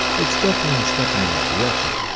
it's definitely a step in the right direction.